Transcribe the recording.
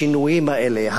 השינויים האלה,